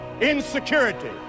insecurity